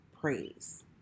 praise